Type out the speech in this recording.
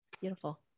Beautiful